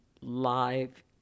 live